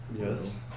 Yes